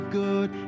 good